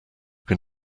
can